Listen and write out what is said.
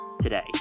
today